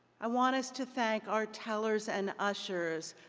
i want us to thank our tellers and ushers.